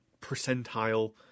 percentile